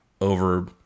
over